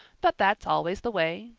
but that's always the way.